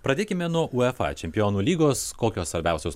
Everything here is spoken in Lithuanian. pradėkime nuo uefa čempionų lygos kokios svarbiausios